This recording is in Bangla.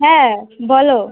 হ্যাঁ বলো